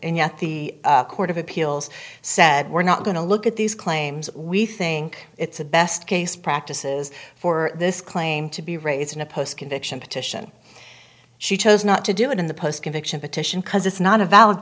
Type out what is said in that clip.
and yet the court of appeals said we're not going to look at these claims we think it's a best case practices for this claim to be raised in a post conviction petition she chose not to do it in the post conviction petition because it's not a valid